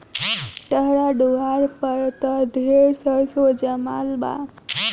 तहरा दुआर पर त ढेरे सरसो जामल बा